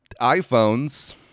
iPhones